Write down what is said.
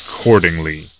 accordingly